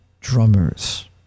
drummers